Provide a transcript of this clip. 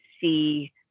see